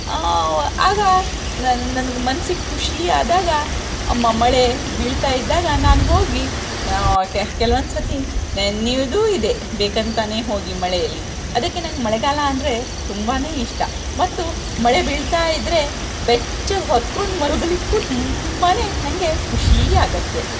ಆಗ ನನಗೆ ಮನಸ್ಸಿಗೆ ಖುಷಿಯಾದಾಗ ಮ ಮಳೆ ಬೀಳ್ತಾಯಿದ್ದಾಗ ನಾನು ಹೋಗಿ ಕೆ ಕೆಲವೊಂದು ಸರ್ತಿ ನೆನ್ಯೋದು ಇದೆ ಬೇಕಂತನೇ ಹೋಗಿ ಮಳೆಯಲ್ಲಿ ಅದಕ್ಕೆ ನನಗೆ ಮಳೆಗಾಲ ಅಂದರೆ ತುಂಬನೇ ಇಷ್ಟ ಮತ್ತು ಮಳೆ ಬೀಳ್ತಾಯಿದ್ರೆ ಬೆಚ್ಚಗೆ ಹೊದ್ಕೊಂಡು ಮಲಗ್ಲಿಕ್ಕೂ ತುಂಬನೇ ನನಗೆ ಖುಷಿ ಆಗತ್ತೆ